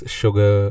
sugar